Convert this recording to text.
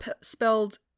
spelled